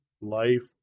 life